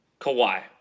Kawhi